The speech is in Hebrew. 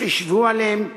חִשבו עליהן,